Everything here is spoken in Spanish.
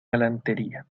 galantería